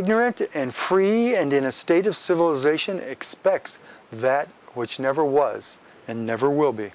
ignorant and free and in a state of civilization expects that which never was and never will be